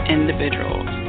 Individuals